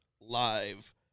live